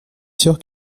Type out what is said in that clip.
sûre